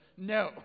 No